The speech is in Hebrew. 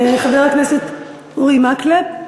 חבר הכנסת אורי מקלב,